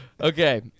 Okay